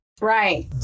Right